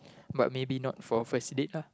but maybe not for first date lah